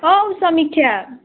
औ समीक्षा